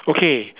okay